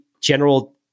general